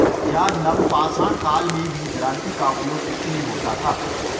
क्या नवपाषाण काल में भी दरांती का उपयोग कृषि में होता था?